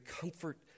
comfort